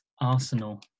Arsenal